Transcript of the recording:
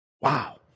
Wow